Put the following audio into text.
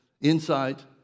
insight